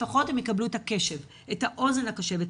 לפחות הם יקבלו את הקשב, את האוזן הקשבת.